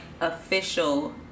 Official